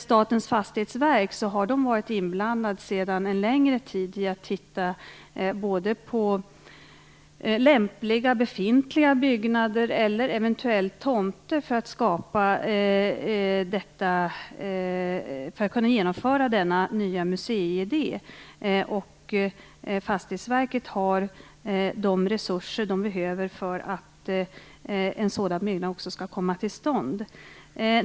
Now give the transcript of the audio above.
Statens fastighetsverk har sedan en längre tid varit inblandat i fråga om att titta på lämpliga befintliga byggnader eller eventuellt tomter för att kunna genomföra denna nya museiidé. Fastighetsverket har de resurser som behövs för att en sådan byggnad också skall komma till stånd.